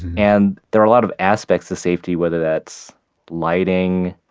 and there are a lot of aspects of safety, whether that's lighting,